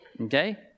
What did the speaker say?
Okay